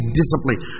discipline